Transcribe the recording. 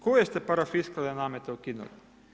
Koje ste parafiskalne namete ukinuli?